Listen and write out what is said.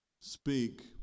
speak